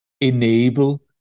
enable